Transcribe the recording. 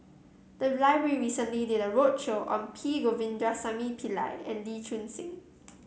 the library recently did a roadshow on P Govindasamy Pillai and Lee Choon Seng